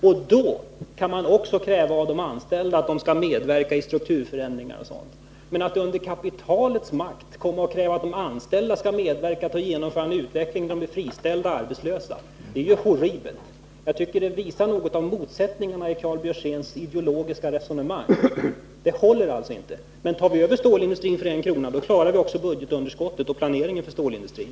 Därmed kan man också kräva av de anställda att de skall medverka i strukturförändringar och liknande åtgärder. Men att under kapitalets makt kräva att de anställda skall medverka till att föra utvecklingenien viss riktning, samtidigt som de riskerar att bli friställda och arbetslösa, är horribelt. Sådant visar bara att Karl Björzéns ideologiska resonemang inte håller. Men om staten tar över stålindustrin för en krona, då kan vi råda bot på budgetunderskottet och klara planeringen för stålindustrin.